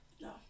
No